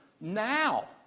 now